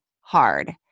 hard